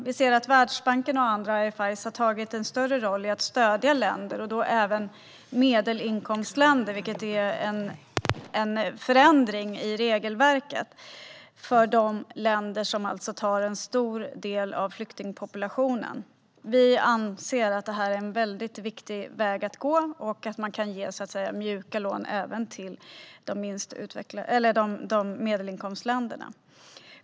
Vi ser att Världsbanken och andra IFI:er har tagit en större roll för att stödja länder, och då även medelinkomstländer, vilket innebär en förändring i regelverket för de länder som tar en stor del av flyktingpopulationen. Vi anser att det är en väldigt viktig väg att gå att ge mjuka lån även till medelinkomstländerna.